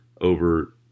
over